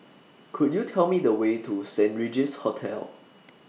Could YOU Tell Me The Way to Saint Regis Hotel